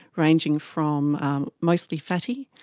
ranging from mostly fatty,